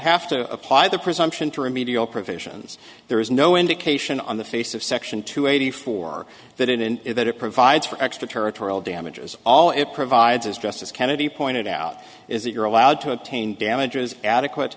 have to apply the presumption to remedial provisions there is no indication on the face of section two eighty four that it in that it provides for extra territorial damages all it provides is justice kennedy pointed out is that you're allowed to obtain damages adequate